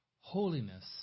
Holiness